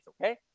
okay